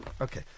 Okay